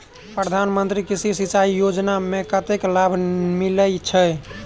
प्रधान मंत्री कृषि सिंचाई योजना मे कतेक लाभ मिलय छै?